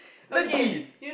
legit